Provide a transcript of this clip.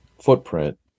footprint